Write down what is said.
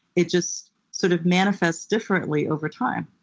it just sort of manifests differently over time.